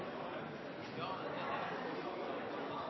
Det er helt åpenbart to